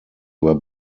were